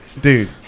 dude